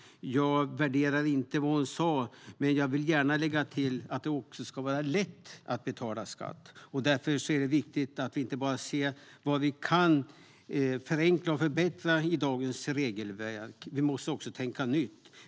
Jag värderar inte vad hon sa men vill gärna lägga till att det också ska vara lätt att betala skatt. Därför är det viktigt att vi inte bara ser vad vi kan förenkla och förbättra i dagens regelverk. Vi måste också tänka nytt.